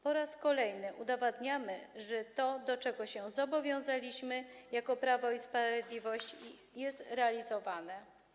Po raz kolejny udowadniamy, że to, do czego się zobowiązaliśmy jako Prawo i Sprawiedliwość, jest realizowane.